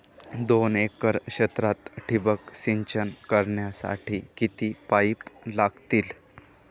दोन एकर क्षेत्रात ठिबक सिंचन करण्यासाठी किती पाईप लागतील?